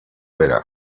vera